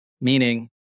Meaning